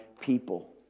people